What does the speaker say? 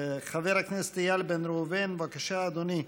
חבר הכנסת איל בן ראובן, בבקשה, אדוני,